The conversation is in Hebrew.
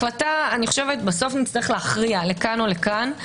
בסוף נצטרך להכריע לכאן או לכאן.